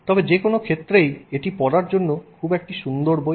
তবে যে কোনও ক্ষেত্রেই এটি পড়ার জন্য খুব সুন্দর একটি বই